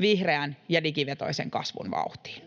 vihreän ja digivetoisen kasvun vauhtiin.